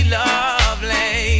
lovely